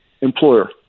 employer